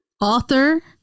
Author